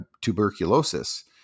tuberculosis